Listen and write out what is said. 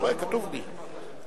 כרטיסי